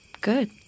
Good